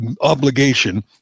obligation